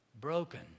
broken